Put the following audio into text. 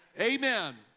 Amen